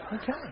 Okay